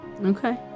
okay